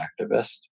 activist